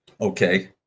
okay